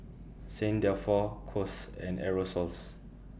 Saint Dalfour Kose and Aerosoles